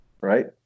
right